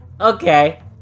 Okay